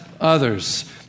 others